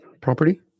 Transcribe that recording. property